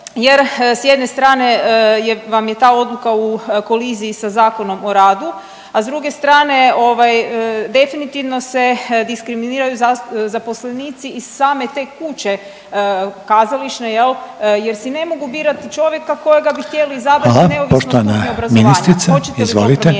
jer s jedne strane vam je ta odluka u koliziji sa Zakonom o radu, a s druge strane definitivno se diskriminiraju zaposlenici iz same te kuće kazališne, jel' jer si ne mogu birati čovjeka kojega bi htjeli izabrati … …/Upadica Reiner: Hvala./… … neovisno o